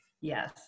yes